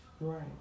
Right